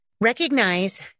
Recognize